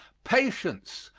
patience,